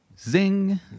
zing